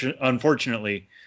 Unfortunately